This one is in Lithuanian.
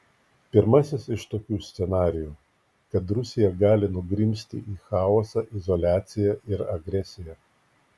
pirmasis iš tokių scenarijų kad rusija gali nugrimzti į chaosą izoliaciją ir agresiją